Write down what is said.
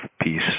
peace